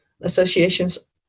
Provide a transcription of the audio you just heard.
associations